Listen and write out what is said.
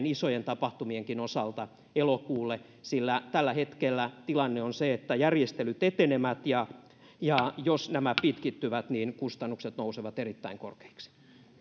isojen tapahtumienkin osalta elokuulle sillä tällä hetkellä tilanne on se että järjestelyt etenevät ja ja jos nämä pitkittyvät kustannukset nousevat erittäin korkeiksi